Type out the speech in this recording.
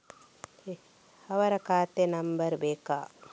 ಅವರ ಖಾತೆ ನಂಬರ್ ಬೇಕಾ?